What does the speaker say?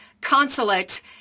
consulate